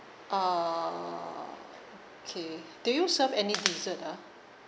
uh okay do you serve any dessert ah